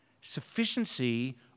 sufficiency